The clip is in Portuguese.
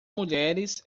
mulheres